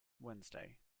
wednesday